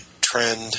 trend